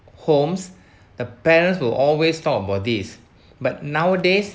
homes the parents will always talk about this but nowadays